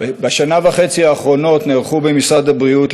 בשנה וחצי האחרונות נערכו במשרד הבריאות,